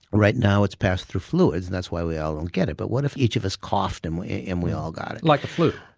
right now it's passed through fluids and that's why we all don't get it, but what if each of us coughed and we and we all got it? like the flu.